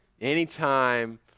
anytime